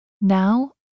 Now